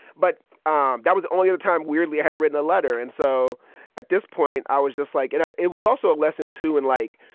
but um that was only other time, weirdly, i had written a letter and so at this point i was just like and it was also a lesson, too, in, like,